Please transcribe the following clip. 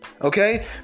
Okay